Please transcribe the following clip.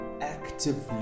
actively